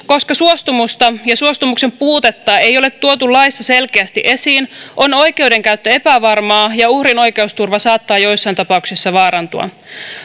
koska suostumusta ja suostumuksen puutetta ei ole tuotu laissa selkeästi esiin on oikeudenkäyttö epävarmaa ja uhrin oikeusturva saattaa joissain tapauksissa vaarantua